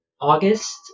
August